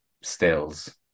stills